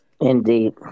Indeed